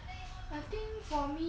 I think for me